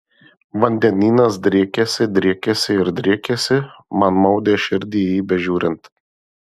vandenynas driekėsi driekėsi ir driekėsi man maudė širdį į jį bežiūrint